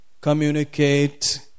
communicate